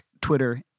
Twitter